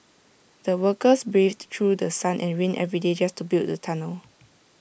the workers braved through sun and rain every day just to build the tunnel